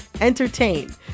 entertain